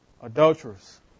Adulterers